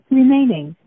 remaining